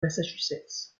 massachusetts